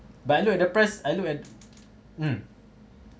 but I look at the price I look at mm